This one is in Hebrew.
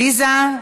עליזה.